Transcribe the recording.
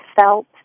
felt